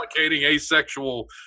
asexual